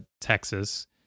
Texas